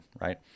right